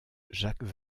jacques